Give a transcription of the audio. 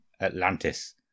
Atlantis